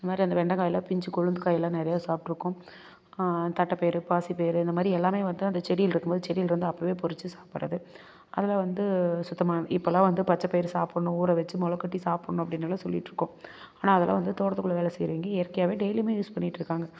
இந்த மாதிரி அந்த வெண்டைக்காய்யில பிஞ்சு கொழுந்து காய்லாம் நிறையா சாப்பிட்ருக்கோம் தட்டைப்பயிறு பாசிப்பயிறு இந்த மாதிரி எல்லாமே வந்து அந்த செடியில்ருக்கும்போது செடியில்ருந்து அப்போவே பொறிச்சி சாப்பிட்றது அதில் வந்து சுத்தமான இப்பெல்லாம் வந்து பச்சைப்பயிறு சாப்பிட்ணும் ஊற வச்சி முளக்கட்டி சாப்பிட்ணும் அப்படின்னெல்லாம் சொல்லிட்டுருக்கோம் ஆனால் அதெல்லாம் வந்து தோட்டத்துக்குள்ளே வேலை செய்றவங்க இயற்கையாகவே டெய்லியுமே யூஸ் பண்ணிட்டுருக்காங்க